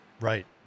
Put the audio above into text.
right